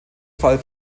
fall